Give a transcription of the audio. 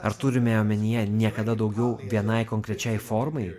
ar turime omenyje niekada daugiau vienai konkrečiai formai